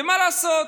ומה לעשות,